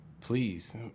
please